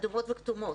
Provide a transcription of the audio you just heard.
אדומות וכתומות.